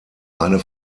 eine